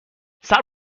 صبر